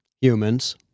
Humans